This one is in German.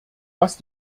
was